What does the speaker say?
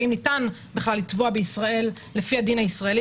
האם ניתן בכלל לתבוע בישראל לפי הדין הישראלי.